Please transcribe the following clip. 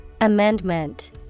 Amendment